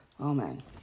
Amen